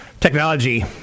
Technology